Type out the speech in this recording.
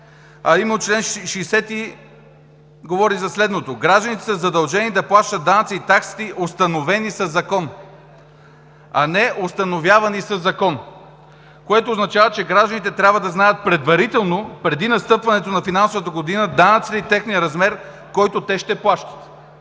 а именно чл. 60 говори за следното: „Гражданите са задължени да плащат данъци и такси, установени със закон“, а не установявани със закон, което означава, че гражданите трябва да знаят предварително, преди настъпването на финансовата година, данъците и техния размер, който те ще плащат.